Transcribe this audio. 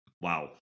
Wow